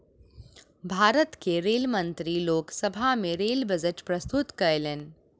भारत के रेल मंत्री लोक सभा में रेल बजट प्रस्तुत कयलैन